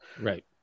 right